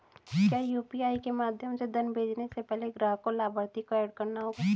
क्या यू.पी.आई के माध्यम से धन भेजने से पहले ग्राहक को लाभार्थी को एड करना होगा?